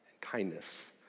kindness